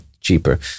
cheaper